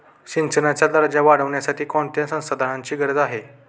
सिंचनाचा दर्जा वाढविण्यासाठी कोणत्या संसाधनांची गरज आहे?